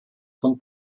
von